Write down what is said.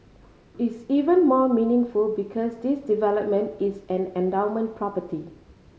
is even more meaningful because this development is an endowment property